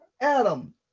Adam